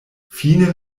fine